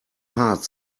heart